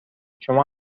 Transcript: شما